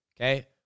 okay